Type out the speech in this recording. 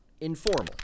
Informal